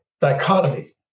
dichotomy